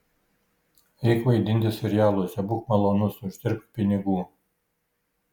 eik vaidinti serialuose būk malonus uždirbk pinigų